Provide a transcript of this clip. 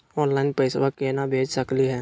Online पैसवा केना भेज सकली हे?